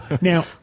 Now